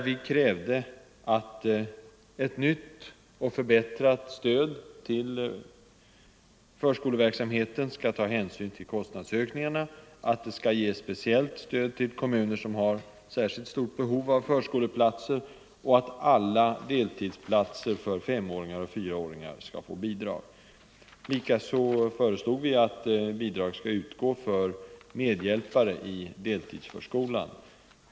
Vi krävde där att ett nytt och förbättrat stöd till förskoleverksamheten skall ta hänsyn till kostnadsökningarna, att det skall ges speciellt stöd till kommuner som har särskilt stort behov av förskoleplatser och att alla deltidsplatser för femåringar och fyraåringar skall få bidrag. Likaså föreslog vi att bidrag skall utgå för medhjälpare i deltidsförskolan.